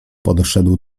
podszedł